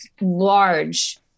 large